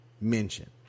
mention